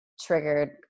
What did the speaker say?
triggered